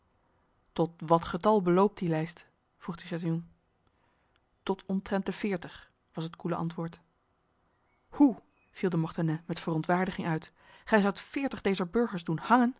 tot wat getal beloopt die lijst vroeg de chatillon tot omtrent de veertig was het koele antwoord hoe viel de mortenay met verontwaardiging uit gij zoudt veertig dezer burgers doen